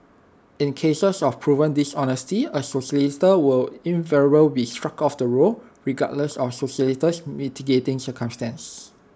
in cases of proven dishonesty A solicitor will invariably be struck off the roll regardless of the solicitor's mitigating circumstances